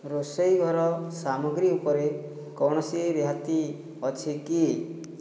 ରୋଷେଇ ଘର ସାମଗ୍ରୀ ଉପରେ କୌଣସି ରିହାତି ଅଛି କି